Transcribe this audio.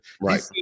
right